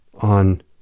on